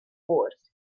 wars